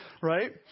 right